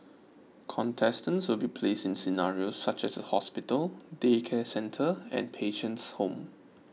contestants will be placed in scenarios such as a hospital daycare centre and patient's home